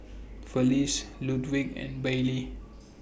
Felice Ludwig and Bailee